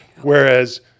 whereas